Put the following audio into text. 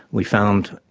we found,